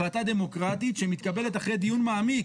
החלטה דמוקרטית שמתקבלת אחרי דיון מעמיק,